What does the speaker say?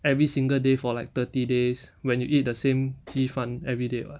every single day for like thirty days when you eat the same 鸡饭 everyday [what]